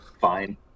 Fine